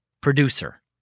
producer